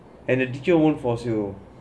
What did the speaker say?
and the teacher won't force you